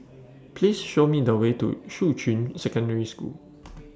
Please Show Me The Way to Shuqun Secondary School